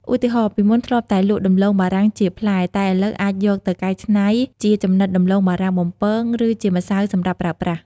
ឧទាហរណ៍ ពីមុនធ្លាប់តែលក់ដំឡូងបារាំងជាផ្លែ តែឥឡូវអាចយកទៅកែច្នៃជាចំណិតដំឡូងបារាំងបំពង ឬជាម្សៅសម្រាប់ប្រើប្រាស់។